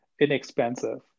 inexpensive